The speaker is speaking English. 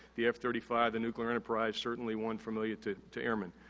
the f thirty five, the nuclear enterprise, certainly one familiar to to airmen.